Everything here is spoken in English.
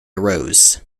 arose